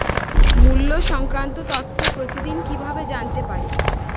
মুল্য সংক্রান্ত তথ্য প্রতিদিন কিভাবে জানতে পারি?